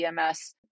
EMS